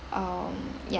um ya